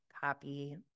copy